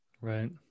Right